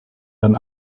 dann